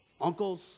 uncles